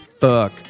fuck